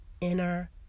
inner